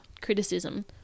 criticism